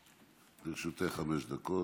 דקות.